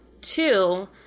two